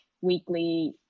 weekly